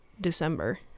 December